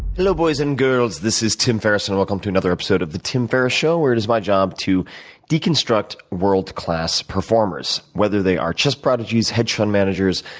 hello, boys and girls. this is tim ferriss, and welcome to another episode of the tim ferris show, where it is my job to deconstruct world-class performers. whether they are chess prodigies, hedge fund managers,